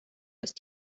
ist